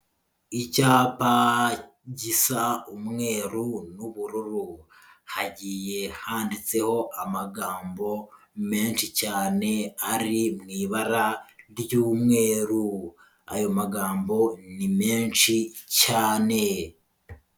Icyapa gisa umweru n'ubururu, hagiye handitseho amagambo menshi cyane ari mu ibara ry'umweru, ayo magambo ni menshi cyane.